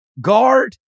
guard